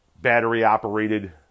battery-operated